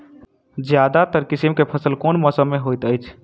ज्यादातर किसिम केँ फसल केँ मौसम मे होइत अछि?